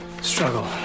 struggle